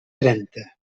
trenta